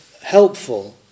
helpful